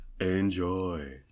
Enjoy